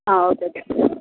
ആ okay okay